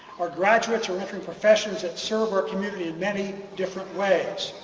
our graduates are entering professions that serve our community in many different ways.